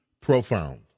profound